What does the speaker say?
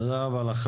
תודה רבה לך.